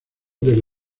del